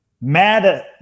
mad